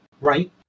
right